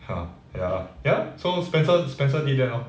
ha ya lah ya so spencer spencer did that lor